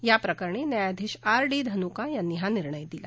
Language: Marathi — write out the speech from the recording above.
याप्रकरणी न्यायाधीश आर डी धनुका यांनी हा निर्णय दिला